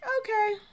okay